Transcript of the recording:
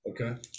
okay